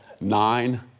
nine